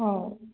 ହଉ